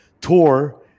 tour